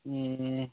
ए